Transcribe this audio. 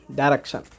direction